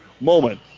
moment